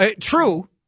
true